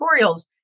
tutorials